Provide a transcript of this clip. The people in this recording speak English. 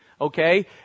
Okay